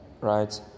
Right